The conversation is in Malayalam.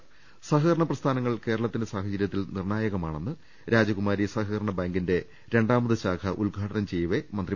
് സഹക രണ പ്രസ്ഥാനങ്ങൾ കേരളത്തിന്റെ സാഹചര്യത്തിൽ നിർണായക മാണെന്ന് രാജകുമാരി സഹകരണ ബാങ്കിന്റെ രണ്ടാമത്തെ ശാഖ ഉദ്ഘാടനം ചെയ്യുകയായിരുന്നു മന്ത്രി